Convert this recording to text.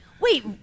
Wait